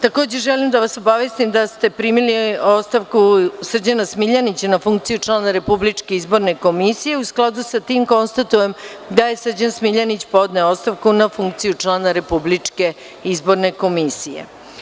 Takođe, želim da vas obavestim da ste primili ostavku Srđana Smiljanića na funkciju člana Republičke izborne komisije u skladu sa tim konstatujem da je Srđan Smiljanić podneo ostavku na funkciju člana Republičke izborne komisije.